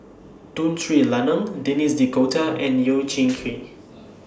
Tun Tri Lanang Denis D'Cotta and Yeo Kian Chye